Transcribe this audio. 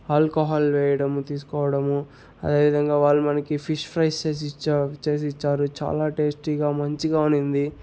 alcohol వేయడము తీసుకోవడము అదేవిధంగా వాళ్ళు మనకి ఫిష్ ఫ్రై చేసి ఇచ్చా చేసి ఇచ్చారు చాలా టేస్టీగా మంచిగా ఉండింది